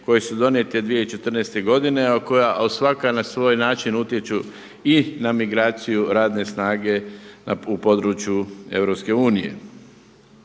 koje su donijete 2014. godine, a svaka na svoj način utječu i na migraciju radne snage u području EU.